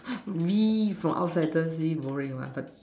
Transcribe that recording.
V for outsiders maybe boring what